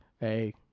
Hey